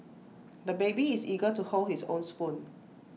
the baby is eager to hold his own spoon